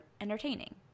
entertaining